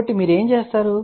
కాబట్టి మీరు ఏమి చేస్తారు